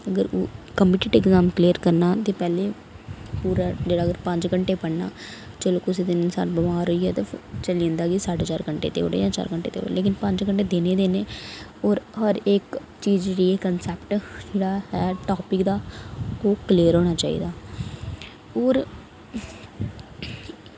अगर ओ competitive exam clear करना ते पैह्लें पूरा जेह्ड़ा अगर पंज घैंटे पढ़ना चलो कुसै दिन इनसान बमार होई गेआ ते चली जंदी कि साड्ढे चार घैंटे देई ओड़े जां चार घैंटे देई ओड़े लेकिन पंज घैंटे देने देने और हर इक चीज जेह्ड़ी ए कनसैप्ट जेह्ड़ा ऐ टॉपिक दा ओ क्लेअर होना चाहिदा और